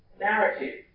narrative